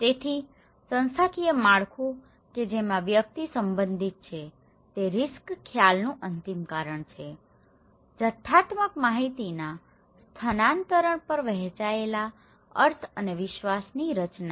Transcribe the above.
તેથી સંસ્થાકીય માળખું કે જેમાં વ્યક્તિ સંબંધિત છે તે રીસ્ક ખ્યાલનું અંતિમ કારણ છે જથ્થાત્મક માહિતીના સ્થાનાંતરણ પર વહેંચાયેલા અર્થ અને વિશ્વાસની રચના